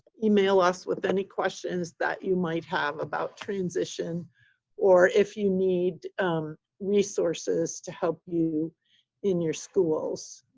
email us with any questions that you might have about transition or if you need resources to help you in your schools.